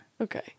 Okay